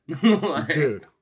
dude